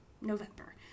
November